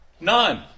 none